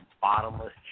bottomless